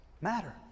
matter